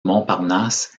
montparnasse